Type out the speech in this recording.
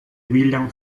william